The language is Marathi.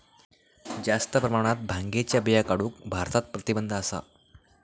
जास्त प्रमाणात भांगेच्या बिया काढूक भारतात प्रतिबंध असा